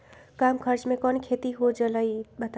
कम खर्च म कौन खेती हो जलई बताई?